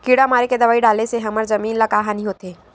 किड़ा मारे के दवाई डाले से हमर जमीन ल का हानि होथे?